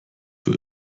für